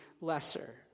lesser